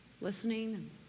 listening